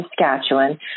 Saskatchewan